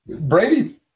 Brady –